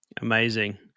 Amazing